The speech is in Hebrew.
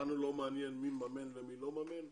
אותנו לא מעניין מי מממן ומי לא מממן,